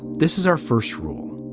this is our first rule,